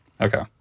Okay